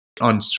on